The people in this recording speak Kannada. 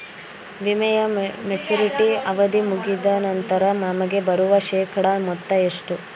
ವಿಮೆಯ ಮೆಚುರಿಟಿ ಅವಧಿ ಮುಗಿದ ನಂತರ ನಮಗೆ ಬರುವ ಶೇಕಡಾ ಮೊತ್ತ ಎಷ್ಟು?